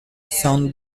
sont